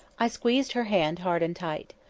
i squeezed her hand hard and tight.